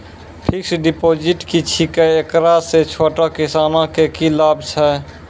Fixed deposit की छिकै, एकरा से छोटो किसानों के की लाभ छै?